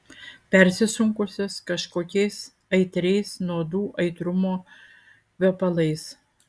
persisunkusios kažkokiais aitriais nuodų aitrumo kvepalais